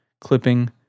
clipping